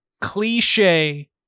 cliche